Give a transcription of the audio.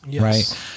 right